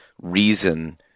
reason